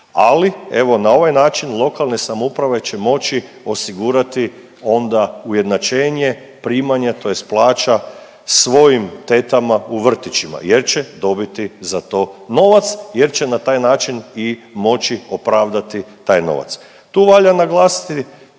ali evo na ovaj način lokalne samouprave će moći osigurati onda ujednačenje primanja tj. plaća svojim tetama u vrtićima jer će dobiti za to novac, jer će na taj način i moći opravdati taj novac. Tu valja naglasiti